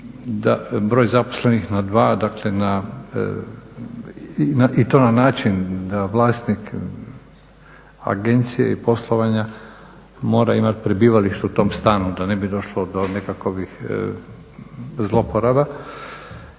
broj zaposlenih na dva i to na način da vlasnik agencije i poslovanja mora imat prebivalište u tom stanu da ne bi došlo do nekakvih zloporaba